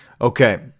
Okay